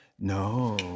No